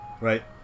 right